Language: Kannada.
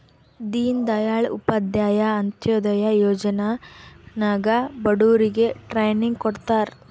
ದೀನ್ ದಯಾಳ್ ಉಪಾಧ್ಯಾಯ ಅಂತ್ಯೋದಯ ಯೋಜನಾ ನಾಗ್ ಬಡುರಿಗ್ ಟ್ರೈನಿಂಗ್ ಕೊಡ್ತಾರ್